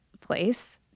place